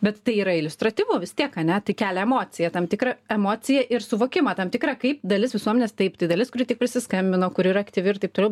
bet tai yra iliustratyvu vis tiek ane tai kelia emociją tam tikrą emociją ir suvokimą tam tikrą kaip dalis visuomenės taip tai dalis kuri tik prisiskambino kuri yra aktyvi ir taip toliau